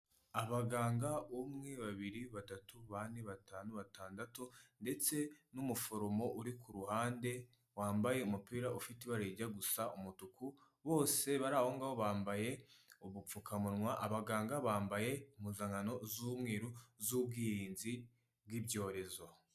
Abaganga, umwe, babiri, batatu, bane, batanu, batandatu ndetse n'umuforomo uri ku ruhande, wambaye umupira ufite ibara rijya gusa umutuku, bose bari aho ngaho bambaye ubupfukamunwa, abaganga bambaye impuzankano z'umweru z'ubwirinzi bw'ibyorezo.